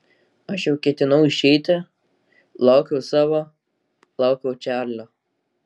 aš jau ketinau išeiti laukiau savo laukiau čarlio